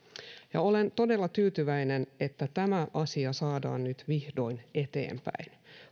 olen todella tyytyväinen että tämä asia saadaan nyt vihdoin eteenpäin